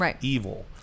evil